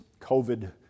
COVID